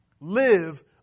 live